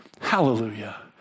hallelujah